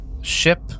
ship